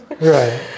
Right